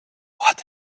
what